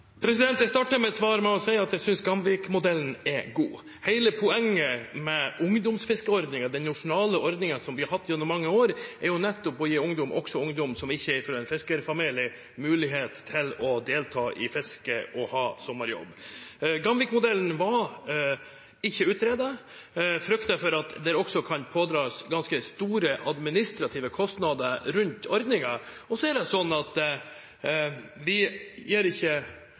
Jeg startet mitt svar med å si at jeg synes Gamvik-modellen er god. Hele poenget med ungdomsfiskeordningen, den nasjonale ordningen som vi har hatt gjennom mange år, er nettopp å gi ungdom, også ungdom som ikke er fra en fiskerfamilie, mulighet til å delta i fiske og ha sommerjobb. Gamvik-modellen var ikke utredet. Jeg frykter for at det kan pådras ganske store administrative kostnader rundt ordningen. Det er slik at vi gir kommunene ikke